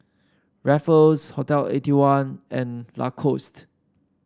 Ruffles Hotel Eighty one and Lacoste